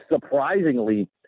surprisingly